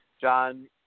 John